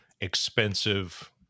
expensive